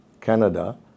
Canada